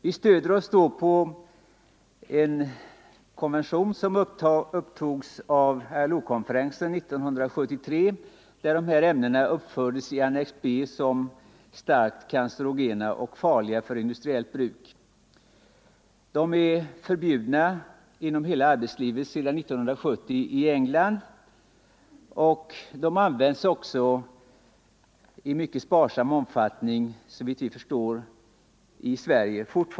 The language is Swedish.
Vi stöder oss på en konvention som antogs av ILO-konferensen 1973 där dessa ämnen uppfördes i Annex B som starkt cancerogena och farliga för industriellt bruk. De är förbjudna inom hela arbetslivet i England sedan 1970. De används fortfarande, såvitt vi förstår, om än i sparsam omfattning i Sverige.